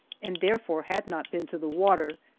and therefore had not been to the water,